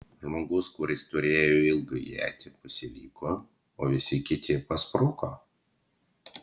žmogus kuris turėjo ilgą ietį pasiliko o visi kiti paspruko